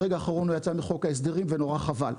ברגע האחרון הוא יצא מחוק ההסדרים ונורא חבל.